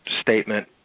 statement